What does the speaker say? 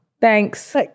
thanks